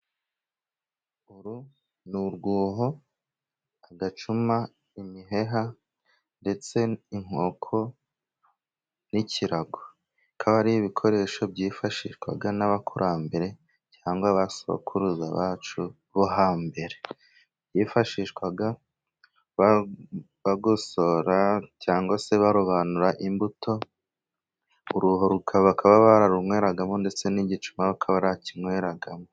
Uru ni urwuho, agacuma, imiheha, ndetse inkoko n'ikirago. Bikaba ari ibikoresho byifashishwaga n'abakurambere cyangwa abasokuruza bacu bo hambere. Byifashishwaga bagosora cyangwa se barobanura imbuto. Uruho bakaba bararunyweragamo ndetse n'igicuma baka barakinyweragamo.